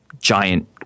giant